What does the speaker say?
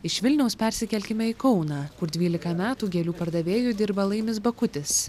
iš vilniaus persikelkime į kauną kur dvylika metų gėlių pardavėjų dirba laimis bakutis